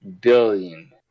Billion